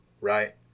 right